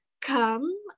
come